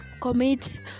commit